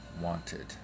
wanted